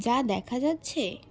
যা দেখা যাচ্ছে